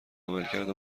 عملکرد